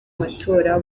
matora